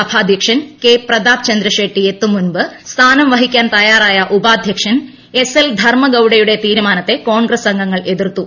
സഭാധ്യക്ഷൻ K Pratap Chandra Shetty എത്തും മുൻപ് സ്ഥാനം വഹിക്കാൻ തയ്യാറായ ഉപാധ്യക്ഷൻ എസ് എൽ ധർമഗൌഡയുടെ തീരുമാനത്തെ കോൺഗ്രസ്സ് അംഗങ്ങൾ എതിർത്തു